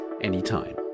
Anytime